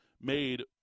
made